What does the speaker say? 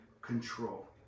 control